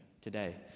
today